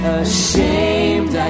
ashamed